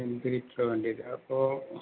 അഞ്ച് ലിറ്ററ് വേണ്ടി വരും അപ്പോൾ